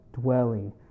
dwelling